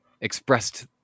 expressed